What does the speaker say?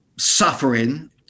suffering